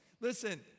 Listen